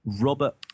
Robert